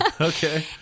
Okay